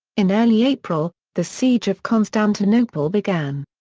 in early april, the siege of constantinople began.